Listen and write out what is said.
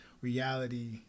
reality